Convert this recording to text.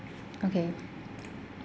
okay